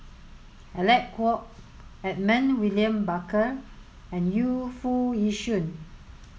Alec Kuok Edmund William Barker and Yu Foo Yee Shoon